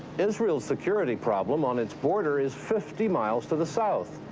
israelis security problem, on its border, is fifty miles to the south.